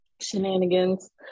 shenanigans